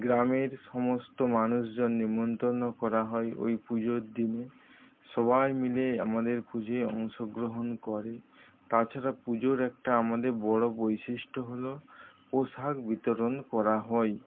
গ্রামের সমস্ত মানুষজন নেমন্তন্ন করা হয় ওই পুজোর দিনে সবাই মিলে আমাদের পুজোয় অংশগ্রহণ করে তাছাড়া পুজোর একটা আমাদের বড়ো বৈশিষ্ট্য হলো পোশাক বিতরন করা হয়